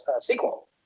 sequel